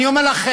אני אומר לכם,